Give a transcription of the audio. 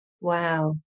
Wow